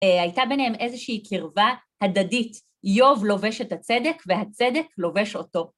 אה.. הייתה ביניהם איזושהי קרבה הדדית, איוב לובש את הצדק והצדק לובש אותו.